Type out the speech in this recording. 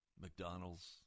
McDonald's